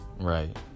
right